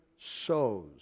sows